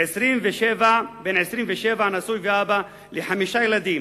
בן 27, נשוי ואבא לחמישה ילדים,